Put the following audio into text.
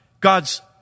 God's